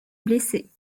blessés